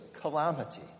calamity